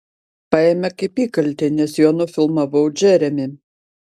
paėmė kaip įkaltį nes juo nufilmavau džeremį